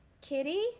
Kitty